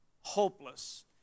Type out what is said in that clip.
hopeless